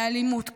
באלימות קשה.